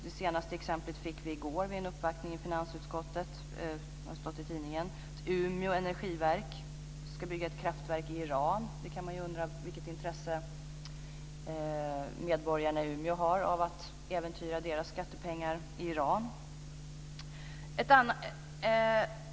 Det senaste exemplet fick vi i går vid en uppvaktning i finansutskottet, som det också har stått om i tidningen. Umeå energiverk ska bygga ett kraftverk i Iran. Man kan undra vilket intresse medborgarna i Umeå har av att deras skattepengar äventyras i Iran.